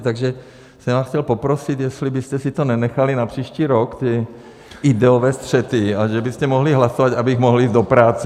Takže jsem vás chtěl poprosit, jestli byste si to nenechali na příští rok, ty ideové střety, a že byste mohli hlasovat, abych mohl jít do práce!